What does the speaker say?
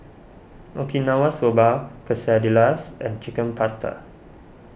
Okinawa Soba Quesadillas and Chicken Pasta